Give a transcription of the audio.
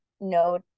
no